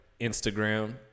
Instagram